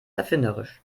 erfinderisch